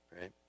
right